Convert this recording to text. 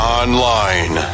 online